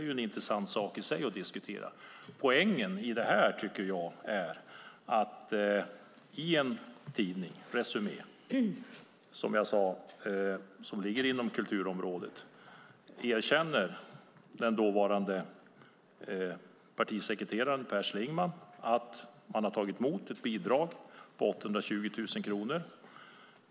Poängen i detta är dock att den dåvarande partisekreteraren Per Schlingmann erkände i tidningen Resumé, som verkar inom kulturområdet, att partiet tagit emot ett bidrag på 820 000 kronor.